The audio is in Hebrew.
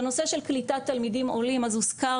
בנושא של קליטת תלמידים עולים אז הוזכר